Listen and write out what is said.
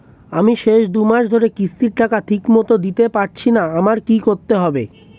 আমি শেষ দুমাস ধরে কিস্তির টাকা ঠিকমতো দিতে পারছিনা আমার কি করতে হবে?